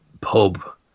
pub